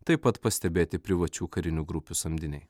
taip pat pastebėti privačių karinių grupių samdiniai